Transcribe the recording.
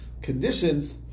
Conditions